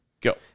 go